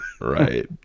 right